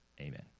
amen